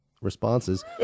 responses